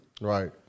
right